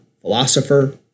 philosopher